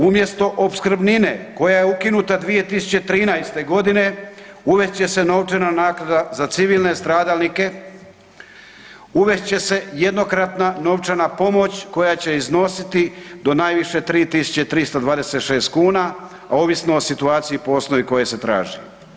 Umjesto opskrbnine koja je ukinuta 2013. g., uvest će se novčana naknada za civilne stradalnike, uvest će se jednokratna novčana pomoć koja će iznositi do najviše 3326 kn a ovisno o situaciji po osnovi koja se traži.